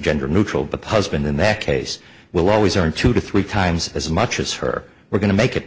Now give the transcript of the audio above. gender neutral but the husband in that case will always earn two to three times as much as her we're going to make it